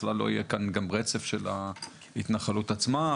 בכלל לא יהיה כאן גם רצף של ההתנחלות עצמה,